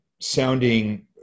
sounding